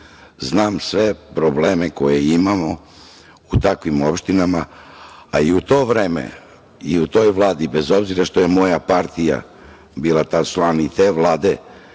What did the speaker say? znam sve probleme koje imamo u takvim opštinama, a i u to vreme i u toj Vladi bez obzira što je moja partija bila tad član i te Vlade,